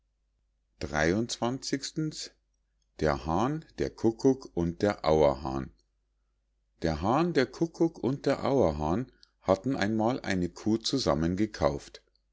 der hahn der kukuk und der auerhahn der hahn der kukuk und der auerhahn hatten einmal eine kuh zusammen gekauft